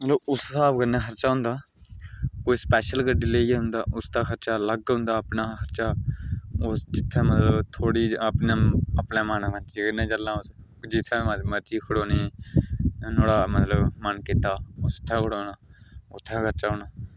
ते उस स्हाब कन्नै खर्चा होंदा ते स्पेशल गड्डी लेइयै औंदा उसदा खर्चा अलग होंदा ओह् जित्थें मतलब अपनी थोह्ड़ी नुहाड़ा जित्थें मन कीता उस उत्थें खड़ोना उत्थै खर्चा होना